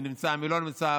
מי נמצא,